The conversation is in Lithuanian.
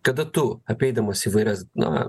kada tu apeidamas įvairias na